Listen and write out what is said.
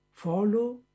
follow